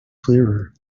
clearer